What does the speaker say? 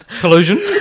Collusion